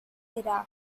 iraq